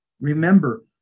Remember